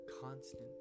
constant